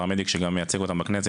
הפרמדיק שמייצג אותם בכנסת,